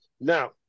Now